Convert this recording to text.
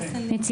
כן.